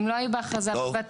הן לא היו בהכרזת הות"ל,